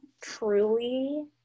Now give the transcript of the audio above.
truly